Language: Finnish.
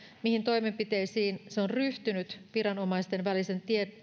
mihin toimenpiteisiin se on ryhtynyt viranomaisten välisen